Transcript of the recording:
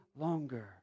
longer